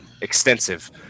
extensive